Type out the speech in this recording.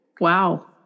Wow